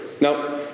Now